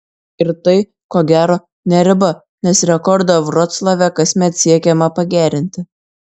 ir tai ko gero ne riba nes rekordą vroclave kasmet siekiama pagerinti